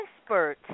Expert